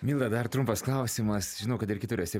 milda dar trumpas klausimas žinau kad ir kitur esi